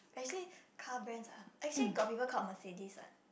actually car brands ah actually got people called Mercedes what